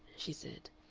she said.